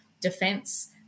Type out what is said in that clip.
defense